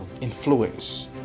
influence